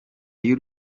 y’u